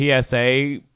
PSA